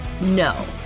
No